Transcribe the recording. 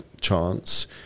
chance